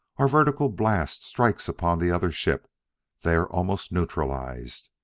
our vertical blasts strike upon the other ship they are almost neutralized.